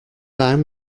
i’m